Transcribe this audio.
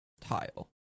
tile